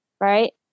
right